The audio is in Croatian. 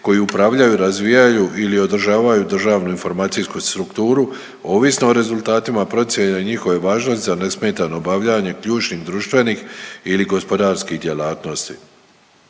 koji upravljaju, razvijaju ili održavaju državnu informacijsku strukturu, ovisno o rezultatima procjene njihove važnosti za nesmetano obavljanje ključnih društvenih ili gospodarskih djelatnosti.